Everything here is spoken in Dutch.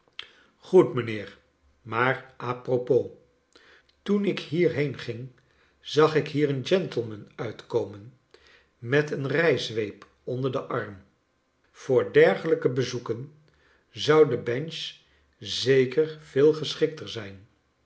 c roed mijnheer maar a propos toeu ik hier heen ging zag ik hier een gentleman uitkomen met een rijzweep onder den arm voor dergelijke bezoeken zou de bench zeker veel geschikter zijn